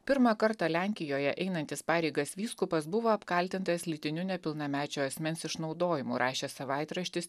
pirmą kartą lenkijoje einantis pareigas vyskupas buvo apkaltintas lytiniu nepilnamečio asmens išnaudojimu rašė savaitraštis